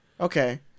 Okay